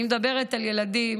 אני מדברת על ילדים